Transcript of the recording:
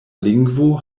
lingvo